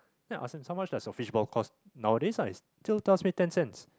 then I ask him how much does your fishball costs nowadays ah he still tells me ten cents